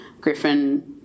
Griffin